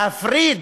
להפריד